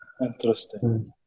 Interesting